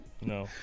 No